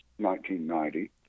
1990